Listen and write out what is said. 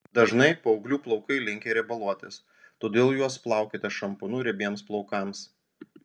dažnai paauglių plaukai linkę riebaluotis todėl juos plaukite šampūnu riebiems plaukams